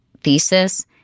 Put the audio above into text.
thesis